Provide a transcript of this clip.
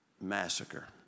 massacre